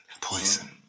Poison